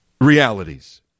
realities